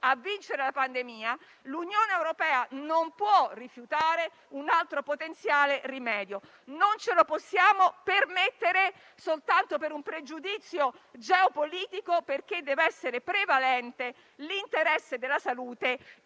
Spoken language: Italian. vincere la pandemia, l'Unione europea non può rifiutare un altro potenziale rimedio. Non ce lo possiamo permettere soltanto per un pregiudizio geopolitico, perché devono essere prevalenti l'interesse della salute e